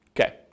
Okay